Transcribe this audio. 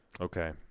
Okay